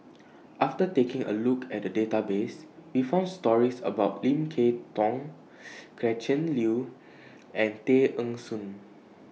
after taking A Look At The Database We found stories about Lim Kay Tong Gretchen Liu and Tay Eng Soon